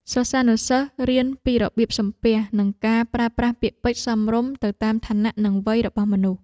សិស្សានុសិស្សរៀនពីរបៀបសំពះនិងការប្រើប្រាស់ពាក្យពេចន៍សមរម្យទៅតាមឋានៈនិងវ័យរបស់មនុស្ស។